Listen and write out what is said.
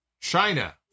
China